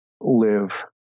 live